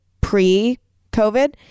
pre-COVID